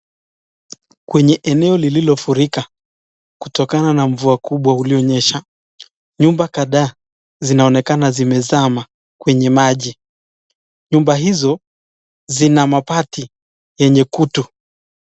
Kwenye eneo lililofurika kutokana na mvua kubwa ulionyesha. Nyumba kadhaa zinaonekana zimezama kwenye maji. Nyumba hizo zina mabati yenye kutu.